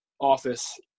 office